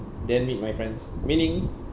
then meet my friends meaning